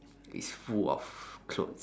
is full of clothes